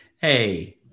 hey